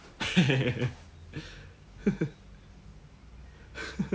没有省 liao lah 你要早跟我讲